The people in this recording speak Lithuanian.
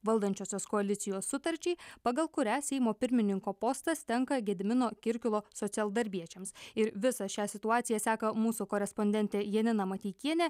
valdančiosios koalicijos sutarčiai pagal kurią seimo pirmininko postas tenka gedimino kirkilo socialdarbiečiams ir visą šią situaciją seka mūsų korespondentė janina mateikienė